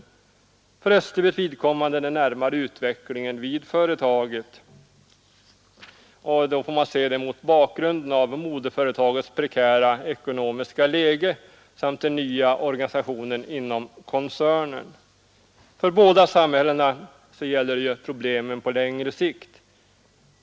139 Österbybruks framtid är beroende av den närmaste utvecklingen vid företaget som skall ses mot bakgrunden av moderföretagets prekära ekonomiska läge samt den nya organisationen inom koncernen. Men båda samhällena har problem på längre sikt.